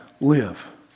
live